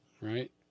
right